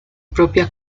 propia